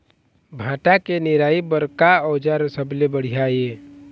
भांटा के निराई बर का औजार सबले बढ़िया ये?